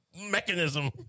mechanism